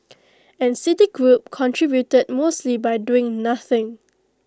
and citigroup contributed mostly by doing nothing